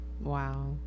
wow